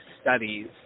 studies